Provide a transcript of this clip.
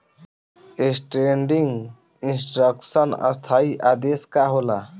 Standing instruction स्थाई आदेश का होला?